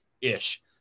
ish